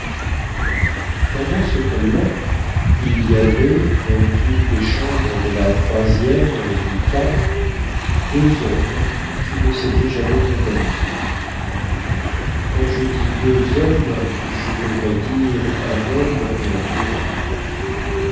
pendant ce colloque il y avait dans une des chambres de la e du deux hommes qui ne sétaient jamais tant amusés quand je dis deux hommes je devrais dire un homme et un clairon